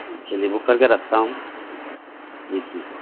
چلیے بک کر کے رکھتا ہوں جی ٹھیک ہے